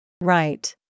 Right